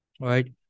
right